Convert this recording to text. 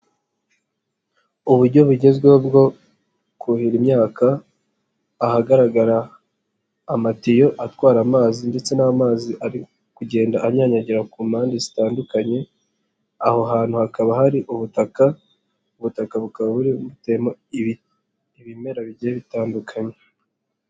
Uburyo bugezweho bwo kuhira imyaka ahagaragara amatiyo atwara amazi ndetse n'amazi ari kugenda anyanyagira ku mpande zitandukanye aho hantu hakaba hari ubutaka, ubutaka bukaba buteyemo ibimera bigiye bitandukanye.